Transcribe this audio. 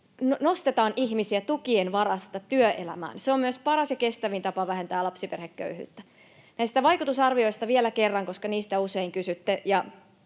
nostetaan ihmisiä tukien varasta työelämään. Se on myös paras ja kestävin tapa vähentää lapsiperheköyhyyttä. Näistä vaikutusarvioista vielä kerran, koska niistä usein kysytte.